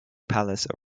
palace